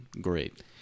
great